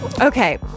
okay